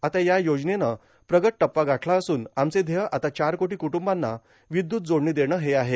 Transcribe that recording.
आता या योजनेनं प्रगत टप्पा गाठला असून आमचे ध्येय आता चार कोटी क्रुंदंबांना विद्युत जोडणी देणे हे आहे